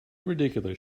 ridiculous